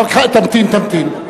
תמתין, תמתין.